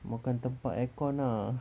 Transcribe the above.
makan tempat aircon ah